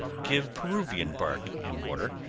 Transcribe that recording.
give peruvian bark and water,